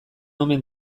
omen